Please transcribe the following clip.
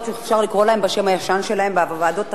אפשר לקרוא להן בשם הישן שלהן, "ועדות החלטה",